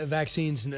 vaccines